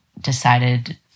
decided